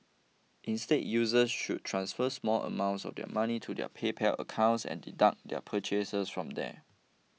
instead users should transfer small amounts of money to their PayPal accounts and deduct their purchases from there